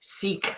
seek